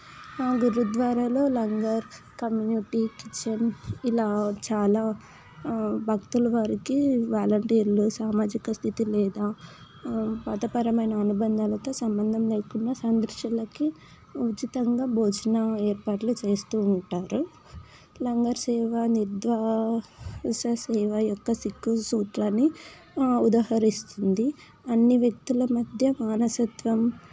గురుద్వారాలు లంగార్ కమ్యూనిటీకి చెందిన ఇలా చాలా భక్తులు వారికి వాలంటీర్లు సామాజిక స్థితి లేదా మతపరమైన అనుబంధాలతో సంబంధం లేకుండా సందర్శించడానికి ఉచితంగా భోజనం ఏర్పాట్లు చేస్తూ ఉంటారు లంగర్ సేవా నిద్వా యసస్ సేవ యొక్క సిక్కు సూత్రాన్ని ఉదహరిస్తుంది అన్ని వ్యక్తుల మధ్య మానసత్వం